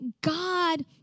God